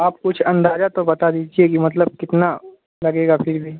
آپ کچھ اندازہ تو بتا دیجیے کہ مطلب کتنا لگے گا پھر بھی